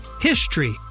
HISTORY